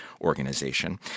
organization